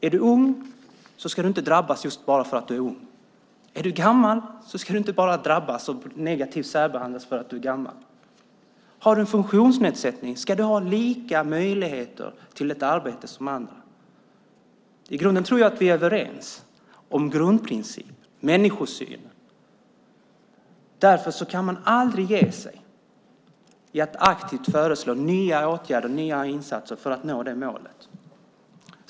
Är man ung ska man inte drabbas bara för att man är ung. Är man gammal ska man inte drabbas och särbehandlas negativt för att man är gammal. Har man en funktionsnedsättning ska man ha samma möjligheter till arbete som andra. Jag tror att vi är överens om grundprincipen, människosynen. Därför kan man aldrig ge sig när det gäller att aktivt föreslå nya åtgärder och nya insatser för att nå det målet.